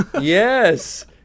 Yes